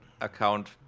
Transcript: account